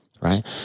right